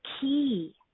key